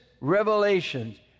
revelations